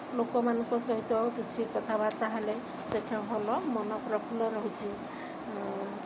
ଲୋକମାନଙ୍କ ସହିତ କିଛିି କଥାବାର୍ତ୍ତା ହେଲେ ସେଇଟା ଭଲ ମନ ପ୍ରଫୁଲ୍ଲ ରହୁଛି